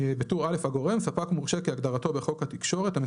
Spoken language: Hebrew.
טור א' הגורם ספק מורשה כהגדרתו בחוק התקשורת (בזק ושידורים),